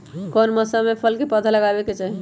कौन मौसम में फल के पौधा लगाबे के चाहि?